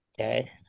Okay